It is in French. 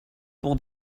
pour